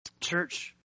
Church